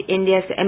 India's